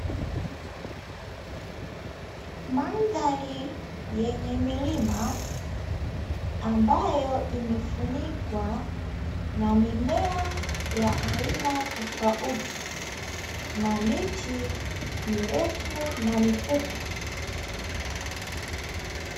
Mandhari yenye milima, ambayo imefunikwa na mimea ya aina tofauti na miti mirefu na mifupi.